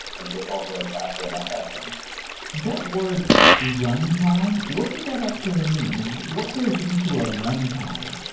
and so, it's also like faster in that fashion that word runtime, what does that actually mean? what goes into a runtime?